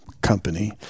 company